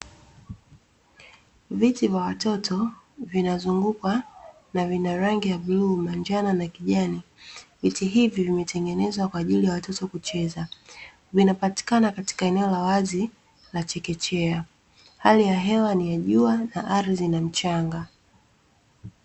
Viti vya watoto vinazunguka na vina rangi ya bluu, na njano, na kijani. Viti hivi vimetengenezwa kwa ajili ya watoto kucheza. Vinapatikana katika eneo la wazi la chekechea. Hali ya hewa ni jua, na ardhi ni mchanga.